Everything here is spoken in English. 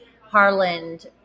Harland